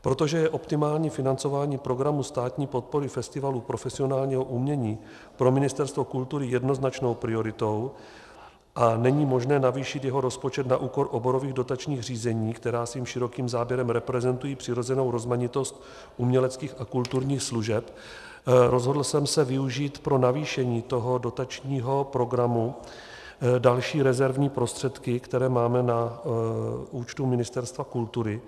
Protože je optimální financování Programu státní podpory festivalů profesionálního umění pro Ministerstvo kultury jednoznačnou prioritou a není možné navýšit jeho rozpočet na úkor oborových dotačních řízení, která svým širokým záběrem reprezentují přirozenou rozmanitost uměleckých a kulturních služeb, rozhodl jsem se využít pro navýšení dotačního programu další rezervní prostředky, které máme na účtu Ministerstva kultury.